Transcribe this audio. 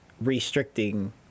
restricting